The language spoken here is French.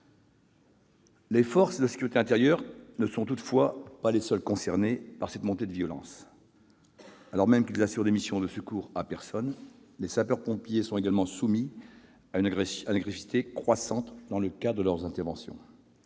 Les forces de sécurité intérieure ne sont toutefois pas les seules concernées par cette montée de violence. Alors même qu'ils assurent des missions de secours à personne, les sapeurs-pompiers sont également soumis à une agressivité croissante dans le cadre de leurs interventions.